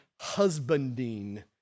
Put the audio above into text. husbanding